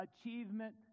achievement